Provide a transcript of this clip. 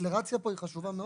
הדקלרציה פה היא חשובה מאוד.